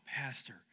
pastor